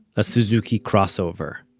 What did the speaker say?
a suzuki crossover.